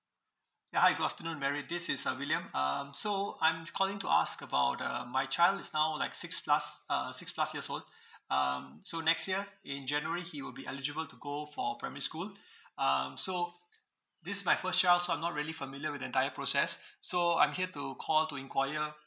ya hi good afternoon mary this is uh william um so I'm calling to ask about uh my child is now like six plus uh six plus years old um so next year in january he will be eligible to go for primary school um so this is my first child so I'm not really familiar with the entire process so I'm here to call to inquire